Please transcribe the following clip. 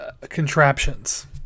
contraptions